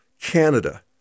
Canada